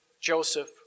Joseph